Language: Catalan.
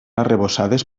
arrebossades